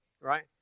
Right